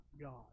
God